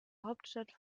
hauptstadt